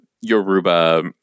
Yoruba